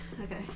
Okay